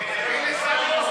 מי זה סמי ומי זה